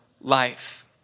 life